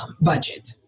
budget